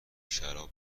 شراب